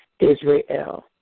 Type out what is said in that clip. Israel